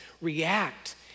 react